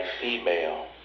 female